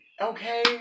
Okay